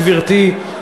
גברתי,